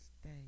stay